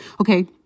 okay